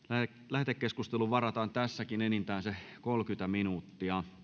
lähetekeskusteluun varataan tässäkin enintään kolmekymmentä minuuttia